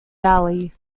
valley